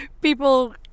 people